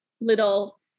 little